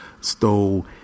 stole